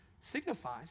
signifies